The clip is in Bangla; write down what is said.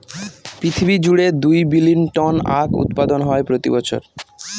পৃথিবী জুড়ে দুই বিলীন টন আখ উৎপাদন হয় প্রতি বছর